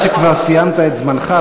מכיוון שכבר סיימת את זמנך,